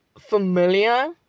familiar